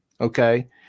Okay